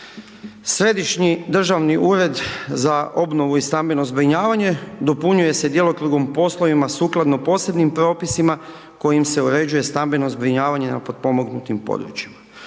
Središnji državni ured za obnovu i stambeno zbrinjavanje, dopunjuje se djelokrugom poslovima sukladno posebnim propisima, kojim se određuje stambeno zbrinjavanje na potpomognutim područjima.